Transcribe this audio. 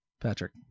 Patrick